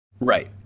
Right